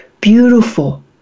beautiful